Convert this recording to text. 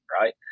right